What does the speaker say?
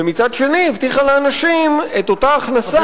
ומצד שני היא הבטיחה לאנשים את אותה הכנסה,